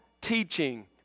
teaching